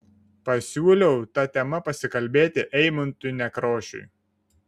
pasiūliau ta tema pasikalbėti eimuntui nekrošiui